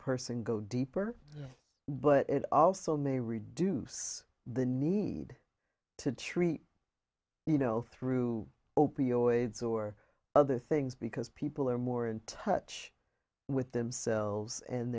person go deeper but it also may reduce the need to treat you know through opioids or other things because people are more in touch with themselves and